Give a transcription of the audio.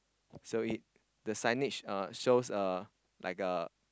so it the signage shows a like a